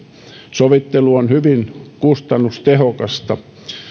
sovittelu on hyvin kustannustehokasta